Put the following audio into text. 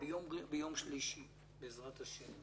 ביום שלישי בעזרת השם.